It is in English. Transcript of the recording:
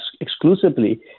exclusively